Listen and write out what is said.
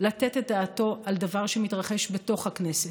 לתת את דעתו על דבר שמתרחש בתוך הכנסת.